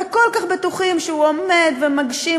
וכל כך בטוחים שהוא עומד ומגשים,